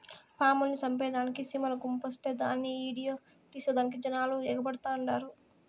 పాముల్ని సంపేదానికి సీమల గుంపొస్తే దాన్ని ఈడియో తీసేదానికి జనాలు ఎగబడతండారు